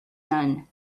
none